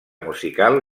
musical